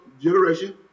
generation